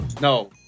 No